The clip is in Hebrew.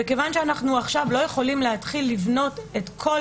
ומכיוון שאנחנו עכשיו לא יכולים להתחיל לבנות את כל